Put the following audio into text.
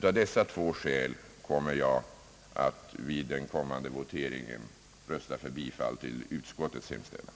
Av dessa två skäl ämnar jag vid den kommande voteringen rösta för bifall till utskottets hemställan.